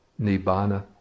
Nibbana